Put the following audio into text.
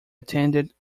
attended